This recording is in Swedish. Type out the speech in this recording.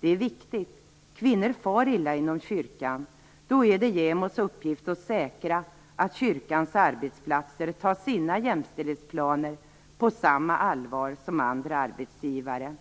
Det är viktigt. Kvinnor far illa inom kyrkan. Då är det JämO:s uppgift att säkra att kyrkans arbetsplatser tar sina jämställdhetsplaner på samma allvar som andra arbetsgivare.